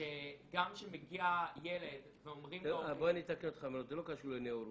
בוא אני אתקן אותך, זה לא קשור לנאורות.